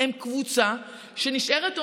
הם קבוצה שנשארת הומוגנית,